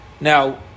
Now